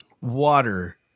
Water